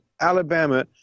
Alabama